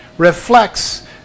reflects